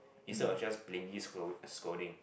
instead of just plainly scold~ scolding